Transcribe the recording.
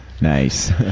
nice